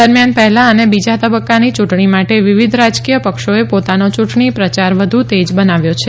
દરમિયાન પહેલા અને બીજા તબક્કાની યૂંટણી માટે વિવિધ રાજકીય પક્ષોએ પોતાનો યૂંટણી પ્રચાર વધુ તેજ બનાવ્યો છે